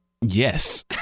Yes